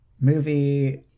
movie